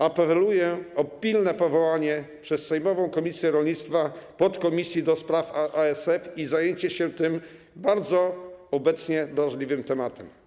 Apeluję o pilne powołanie przez sejmową komisję rolnictwa podkomisji do spraw ASF i zajęcie się tym obecnie bardzo drażliwym tematem.